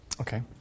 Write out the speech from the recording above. Okay